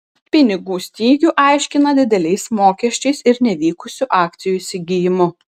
pinigų stygių aiškina dideliais mokesčiais ir nevykusiu akcijų įsigijimu